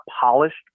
polished